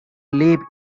live